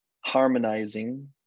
harmonizing